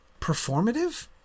performative